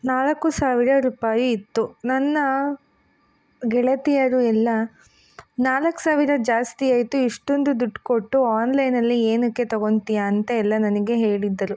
ನಾಲ್ಕು ಸಾವಿರ ರೂಪಾಯಿ ಇತ್ತು ನನ್ನ ಗೆಳತಿಯರು ಎಲ್ಲ ನಾಲ್ಕು ಸಾವಿರ ಜಾಸ್ತಿ ಆಯಿತು ಇಷ್ಟೊಂದು ದುಡ್ಡು ಕೊಟ್ಟು ಆನ್ಲೈನಲ್ಲಿ ಏನಕ್ಕೆ ತಗೊತಿಯಾ ಅಂತ ಎಲ್ಲ ನನಗೆ ಹೇಳಿದ್ದರು